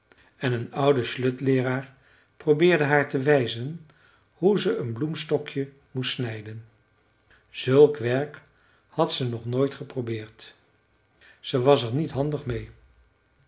en een oude slöjdleeraar probeerde haar te wijzen hoe ze een bloemstokje moest snijden zulk werk had ze nog nooit geprobeerd ze was er niet handig meê